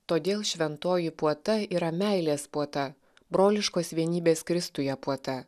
todėl šventoji puota yra meilės puota broliškos vienybės kristuje puota